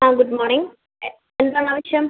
ആ good morning എന്താണ് ആവശ്യം